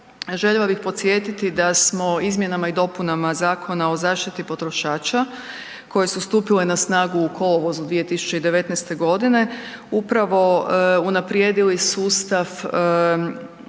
Željela bih podsjetiti da smo izmjenama i dopunama Zakona o zaštiti potrošača koje su stupile na snagu u kolovozu 2019. g. upravo unaprijedili sustav